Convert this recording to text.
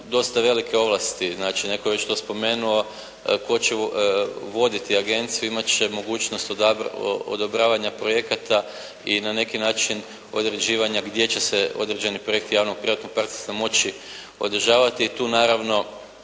dosta velike ovlasti, znači netko je već to spomenuo tko će voditi agenciju, imati će mogućnost odobravanja projekata i na neki način određivanja gdje će se određeni projekti javno-privatnog partnerstva moći održavati i tu naravno